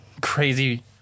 crazy